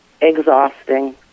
Exhausting